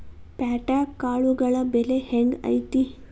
ಪ್ಯಾಟ್ಯಾಗ್ ಕಾಳುಗಳ ಬೆಲೆ ಹೆಂಗ್ ಐತಿ?